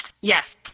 Yes